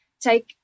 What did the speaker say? take